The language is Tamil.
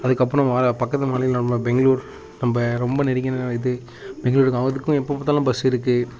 அதற்கப்பறம் வா பக்கத்து பெங்க்ளூர் நம்ப ரொம்ப நெருங்கின இது பெங்க்ளூருக்கும் அதுக்கும் எப்போ பார்த்தாலும் பஸ் இருக்கு